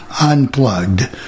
Unplugged